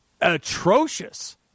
atrocious